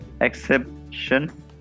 exception